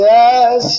Yes